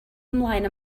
ymlaen